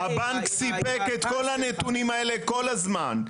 הבנק סיפק את כל הנתונים האלה כל הזמן.